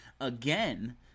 again